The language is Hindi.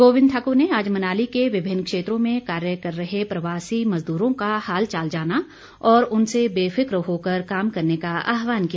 गोविंद ठाकुर ने आज मनाली के विभिन्न क्षेत्रों में कार्य कर रहे प्रवासी मजदूरों का हालचाल जाना और उनसे बेफिफ्र होकर काम करने का आह्वान किया